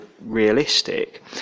realistic